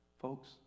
Folks